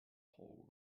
whole